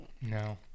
No